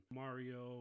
mario